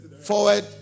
forward